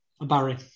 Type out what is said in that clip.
Barry